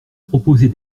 proposer